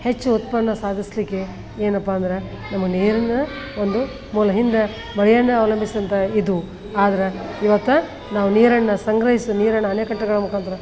ಹೆಚ್ಚು ಉತ್ಪನ್ನ ಸಾಧಿಸಲಿಕ್ಕೆ ಏನಪ್ಪ ಅಂದ್ರೆ ನಮ್ಮ ನೀರನ್ನು ಒಂದು ಮೂಲ ಹಿಂದೆ ಮಳೆಯನ್ನು ಅವಲಂಬಿಸಿದಂಥ ಇದು ಆದ್ರೆ ಇವತ್ತು ನಾವು ನೀರನ್ನು ಸಂಗ್ರಹಿಸಿದ ನೀರನ್ನು ಅಣೆಕಟ್ಟುಗಳ ಮುಖಾಂತರ